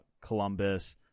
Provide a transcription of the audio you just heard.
Columbus